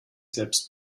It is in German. selbst